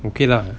okay lah